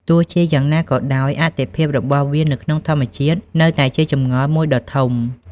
ទោះជាយ៉ាងណាក៏ដោយ អត្ថិភាពរបស់វានៅក្នុងធម្មជាតិនៅតែជាចម្ងល់មួយដ៏ធំ។